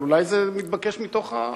אבל אולי זה מתבקש מתוך הפעילות.